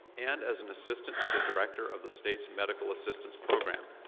and as an assistant to the director of the state's medical assistance program.